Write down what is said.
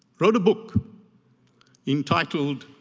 wrote a book entitled